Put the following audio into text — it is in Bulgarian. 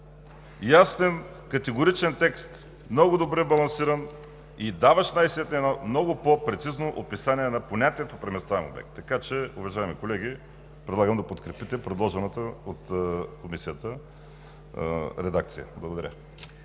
Ясен, категоричен текст, много добре балансиран и даващ най-сетне едно много по-прецизно описание на понятието „преместваем обект“. Така че, уважаеми колеги, предлагам да подкрепите предложената редакция от Комисията. Благодаря.